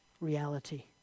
reality